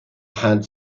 had